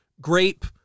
grape